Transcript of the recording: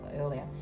earlier